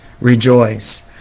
rejoice